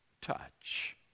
touch